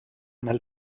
nel